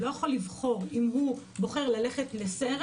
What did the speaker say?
הוא לא יכול לבחור אם הוא בוחר ללכת לסרט,